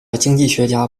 经济学家